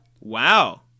Wow